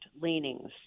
leanings